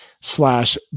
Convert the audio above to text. slash